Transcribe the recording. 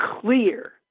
clear